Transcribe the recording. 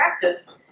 practice